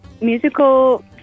musical